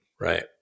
right